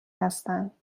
هستند